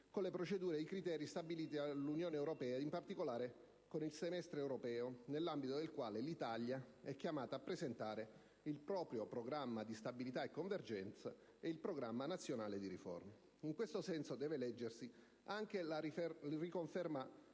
con le procedure ed i criteri stabiliti dall'Unione europea ed in particolare con il "semestre europeo", nell'ambito del quale l'Italia è chiamata a presentare il proprio Programma di stabilità e convergenza e il Programma nazionale di riforma. In tal senso deve leggersi anche la riconferma